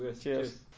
cheers